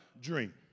dream